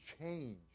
change